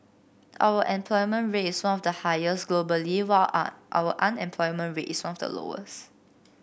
our employment rate is one of the highest globally while our our unemployment rate is one of the lowest